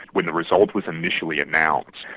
when the result was initially announced,